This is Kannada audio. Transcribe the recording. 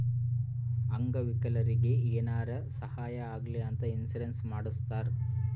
ಅಂಗ ವಿಕಲರಿಗಿ ಏನಾರೇ ಸಾಹಾಯ ಆಗ್ಲಿ ಅಂತ ಇನ್ಸೂರೆನ್ಸ್ ಮಾಡಸ್ತಾರ್